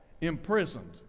imprisoned